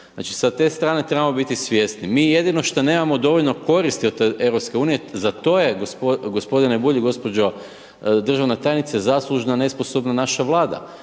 Znači s te strane trebamo biti svjesni. Mi jedno što nemamo dovoljno koristi iz EU, za to je g. Bulj i gđa. državna tajnice, zaslužna nesposobna naša vlada